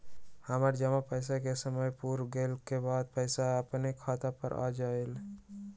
हमर जमा पैसा के समय पुर गेल के बाद पैसा अपने खाता पर आ जाले?